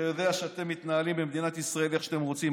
אתה יודע שאתם מתנהלים במדינת ישראל איך שאתם רוצים,